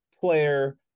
player